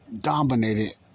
dominated